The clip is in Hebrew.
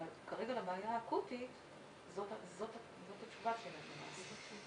אבל כרגע לבעיה האקוטית זאת התשובה שלהם.